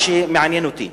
מה שמעניין אותי